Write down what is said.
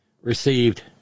received